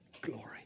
Glory